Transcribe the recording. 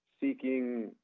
seeking